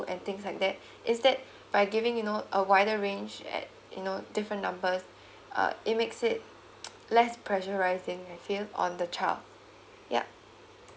and things like that is that by giving you know a wider range at you know different numbers uh it makes it less pressurizing uh feel on the child ya